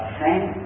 thank